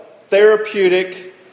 therapeutic